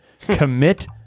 commit